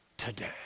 Today